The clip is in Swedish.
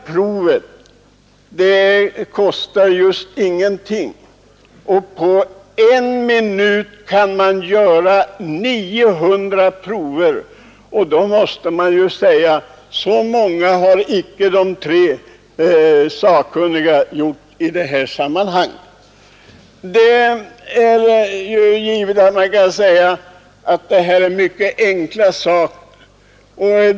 Provet kostar just ingenting, och på en minut kan man göra 900 prover. Så många provningar har icke de tre sakkunniga gjort i detta sammanhang. Det gäller här mycket enkla saker.